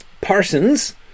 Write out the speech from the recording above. Parsons